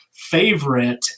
favorite